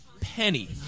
penny